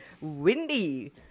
windy